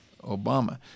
Obama